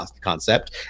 concept